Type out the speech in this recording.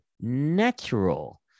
natural